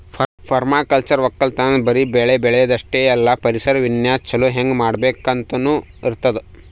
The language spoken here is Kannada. ಪರ್ಮಾಕಲ್ಚರ್ ವಕ್ಕಲತನ್ದಾಗ್ ಬರಿ ಬೆಳಿ ಬೆಳ್ಯಾದ್ ಅಷ್ಟೇ ಅಲ್ಲ ಪರಿಸರ ವಿನ್ಯಾಸ್ ಅಥವಾ ಛಲೋ ಹೆಂಗ್ ಮಾಡ್ಬೇಕ್ ಅಂತನೂ ಇರ್ತದ್